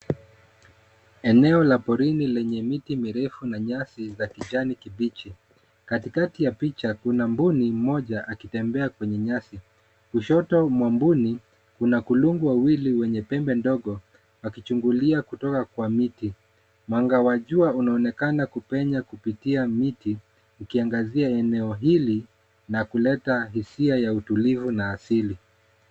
Eneo la porini lenye miti mirefu na nyasi za kijani kibichi. Katikati ya picha kuna mbuni mmoja akitembea kwenye nyasi. Kushoto mwa mbuni, kuna kulungu wawili wenye pembe ndogo akichungulia kutoka kwa miti. Mwanga wa jua unaonekana kupenya kupitia miti, ukiangazia eneo hili na kuleta hisia ya utulivu na asili.